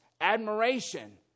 admiration